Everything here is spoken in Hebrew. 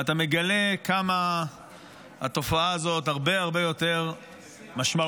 ואתה מגלה כמה התופעה הזאת הרבה הרבה יותר משמעותית,